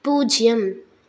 பூஜ்யம்